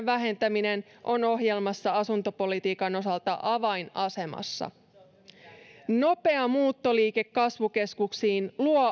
vähentäminen on ohjelmassa asuntopolitiikan osalta avainasemassa nopea muuttoliike kasvukeskuksiin luo